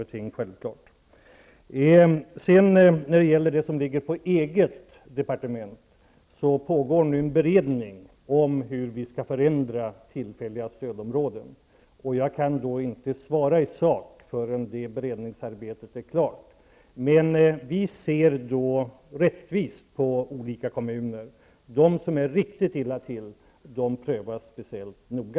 När det gäller den fråga som ligger på mitt eget departement pågår nu en beredning om hur vi skall förändra tillfälliga stödområden. Jag kan inte svara i sak förrän det beredningsarbetet är klart. Men vi försöker se rättvist på olika kommuner. De som ligger riktigt illa till prövas speciellt noga.